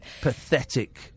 pathetic